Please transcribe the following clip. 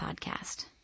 podcast